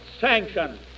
sanction